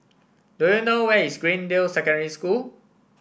do you know where is Greendale Secondary School